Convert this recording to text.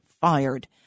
fired